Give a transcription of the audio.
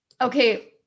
Okay